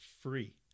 free